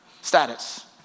Status